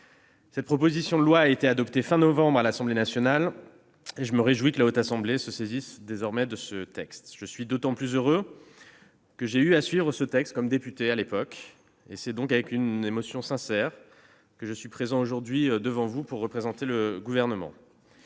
Cette proposition de loi a été adoptée à la fin du mois de novembre à l'Assemblée nationale, et je me réjouis que la Haute Assemblée se saisisse désormais de ce texte. J'en suis d'autant plus heureux que j'ai eu à suivre ce texte comme député ; c'est donc avec une sincère émotion que je suis présent aujourd'hui pour représenter le Gouvernement.